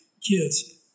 kids